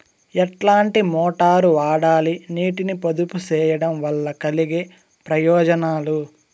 ఎట్లాంటి మోటారు వాడాలి, నీటిని పొదుపు సేయడం వల్ల కలిగే ప్రయోజనాలు?